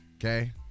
Okay